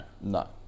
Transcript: no